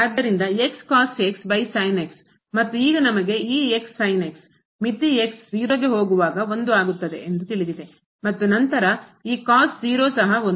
ಆದ್ದರಿಂದ ಮತ್ತು ಈಗ ನಮಗೆ ಈ ಮಿತಿ 0 ಗೆ ಹೋಗುವಾಗ 1 ಆಗುತ್ತದೆ ಎಂದು ತಿಳಿದಿದೆ ಮತ್ತು ನಂತರ ಈ ಸಹ 1